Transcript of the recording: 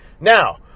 Now